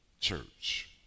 church